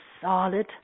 solid